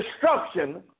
destruction